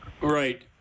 right